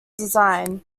design